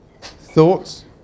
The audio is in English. Thoughts